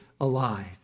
alive